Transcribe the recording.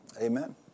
Amen